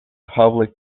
public